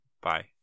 Bye